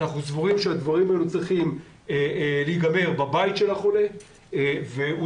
אנחנו סבורים שהדברים האלה צריכים להיגמר בבית החולה והוא